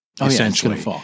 Essentially